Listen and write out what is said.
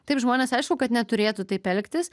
taip žmonės aišku kad neturėtų taip elgtis